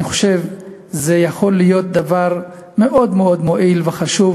אני חושב שזה יכול להיות דבר מאוד מאוד מועיל וחשוב,